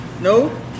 No